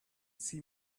see